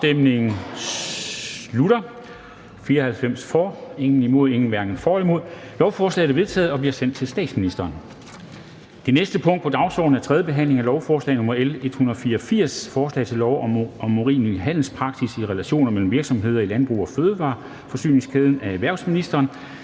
stemte 0, hverken for eller imod stemte 0. Lovforslaget er enstemmigt vedtaget og bliver sendt til statsministeren. --- Det næste punkt på dagsordenen er: 3) 3. behandling af lovforslag nr. L 184: Forslag til lov om urimelig handelspraksis i relationer mellem virksomheder i landbrugs- og fødevareforsyningskæden. Af erhvervsministeren